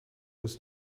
was